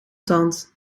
tand